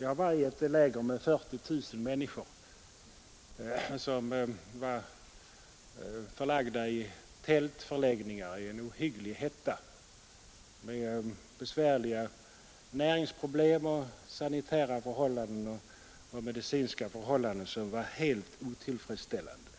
Jag var i ett läger med 40 000 människor som var förlagda i tältförläggningar i en ohygglig hetta med besvärliga näringsproblem och sanitära och medicinska förhållanden som var helt otillfredsställande.